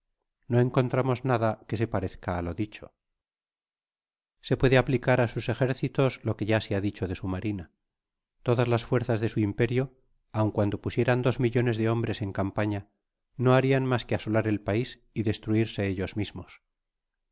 no encontramos nada que se parezca á lo dicho se puede aplicar á sus ejércitos lo que ya he dicho de su marina todas las fuerzas de su imperio aun cuando pusieran dos millones de hombres en campaña no harian mas que asolar el pais y destruirse ellos mismos